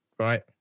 right